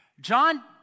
John